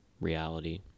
reality